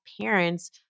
parents